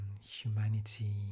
humanity